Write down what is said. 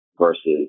versus